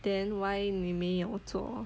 then why 你没有做